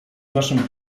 naszym